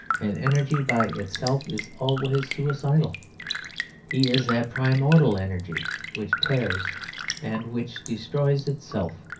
and energy by itself is always suicidal he is that primordial energy which tears and which destroys itself.